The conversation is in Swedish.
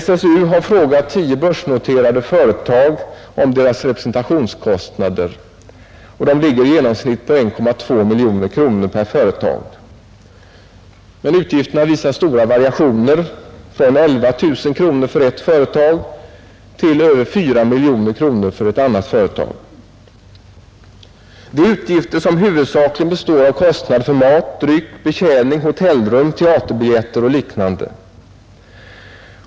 SSU har frågat tio börsnoterade företag om deras representationskostnader, och de ligger i genomsnitt på 1,2 miljoner kronor per företag. Men utgifterna visar stora variationer, från 11 000 kronor för ett företag till över 4 miljoner kronor för ett annat. Det är utgifter som huvudsakligen består av kostnader för mat, dryck, betjäning, hotellrum, teaterbiljetter och liknande.